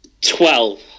Twelve